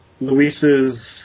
Luis's